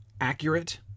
accurate